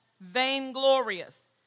vainglorious